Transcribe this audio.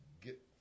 get